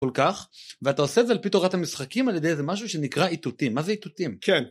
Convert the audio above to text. כל כך ואתה עושה את זה על פי תורת המשחקים על ידי איזה משהו שנקרא איתותים מה זה איתותים כן.